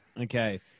Okay